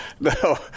No